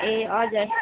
ए हजुर